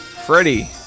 Freddie